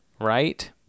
Right